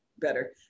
better